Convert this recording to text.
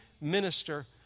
minister